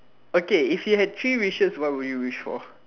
okay if you had three wishes what would you wish for